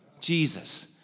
Jesus